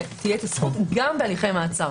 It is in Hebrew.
שתהיה הזכות גם בהליכי מעצר.